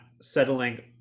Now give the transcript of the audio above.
settling